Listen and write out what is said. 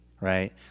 right